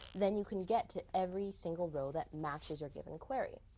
then you can get to every single row that matches your given query.